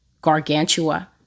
gargantua